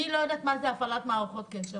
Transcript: מה זה "הפעלת מערכות קשר".